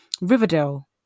Riverdale